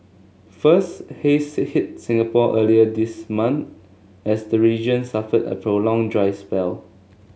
first haze hit Singapore earlier this month as the region suffered a prolonged dry spell